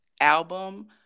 album